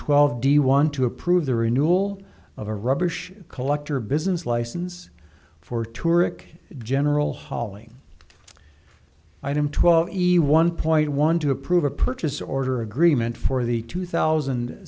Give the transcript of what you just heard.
twelve d want to approve the renewal of a rubbish collector business license for touring general hauling item twelve easy one point one to approve a purchase order agreement for the two thousand